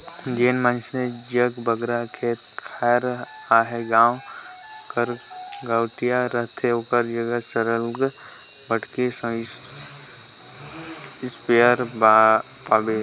जेन मइनसे जग बगरा खेत खाएर अहे गाँव कर गंवटिया रहथे ओकर जग सरलग बइटरीदार इस्पेयर पाबे